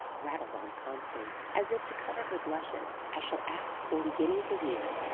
rattled on constance, as if to cover her blushes. i shall ask forty guineas a year.